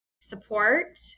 support